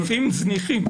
בהיקפים זניחים.